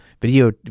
video